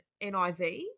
NIV